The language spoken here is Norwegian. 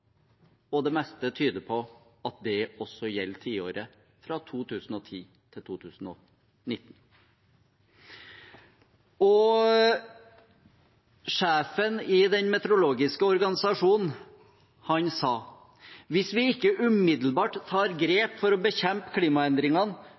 og det meste tyder på at det også gjelder tiåret fra 2010 til 2019. Og sjefen i den meteorologiske organisasjonen sa: «Hvis vi ikke umiddelbart tar